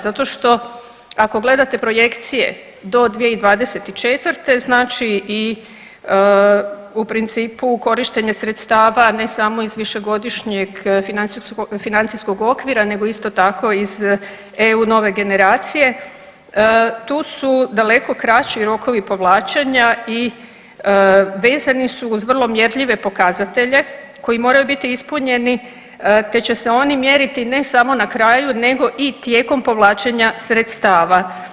Zato što ako gledate projekcije do 2024. znači i u principu korištenje sredstava ne samo iz višegodišnjeg financijskog okvira nego isto tako i iz EU Nove generacije, tu su daleko kraći rokovi povlačenja i vezani su uz vrlo mjerljive pokazatelje koji moraju biti ispunjeni, te će se oni mjeriti ne samo na kraju nego i tijekom povlačenja sredstava.